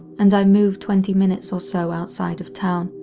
and i moved twenty minutes or so outside of town,